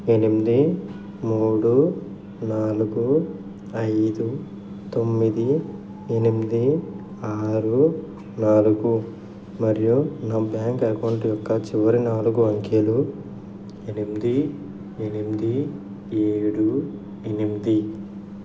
NMD మూడు నాలుగు ఐదు తొమ్మిది ఎనిమిది ఆరూ నాలుగు మరియు నా బ్యాంక్ అకౌంట్ యొక్క చివరి నాలుగు అంకెలు ఎనిమిది ఎనిమిది ఏడు ఎనిమిది